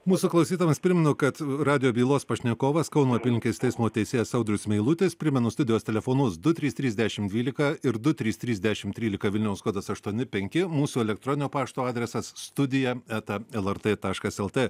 mūsų klausytojams primenu kad radijo bylos pašnekovas kauno apylinkės teismo teisėjas audrius meilutis primenu studijos telefonus du tys trys dešimt dvylika ir du trys trys dešimt trylika vilniaus kodas aštuoni penki mūsų elektroninio pašto adresas studija eta lrt taškas lt